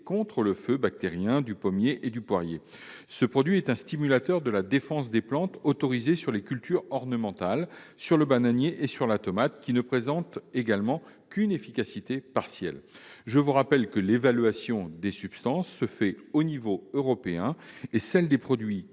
contre le feu bactérien du pommier et du poirier. Ce produit est un stimulateur de la défense des plantes, autorisé sur cultures ornementales, sur le bananier et sur la tomate. Ce produit ne présente lui aussi qu'une efficacité partielle. Je vous rappelle que l'évaluation des substances se fait au niveau européen ; celle des produits